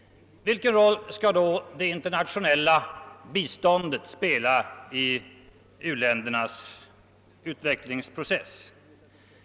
Vilken roll skall då det internationella biståndet spela i u-ländernas utvecklingsprocess?